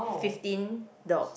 fifteen dogs